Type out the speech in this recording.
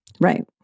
Right